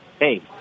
hey